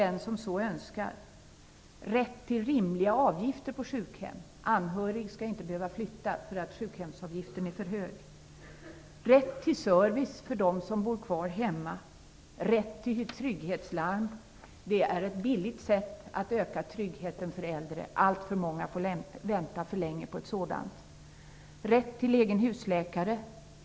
En anhörig skall inte behöva flytta för att sjukhemsavgiften är för hög. Rätt till trygghetslarm. Det är ett billigt sätt att öka tryggheten för äldre. Alltför många får vänta för länge på ett sådant.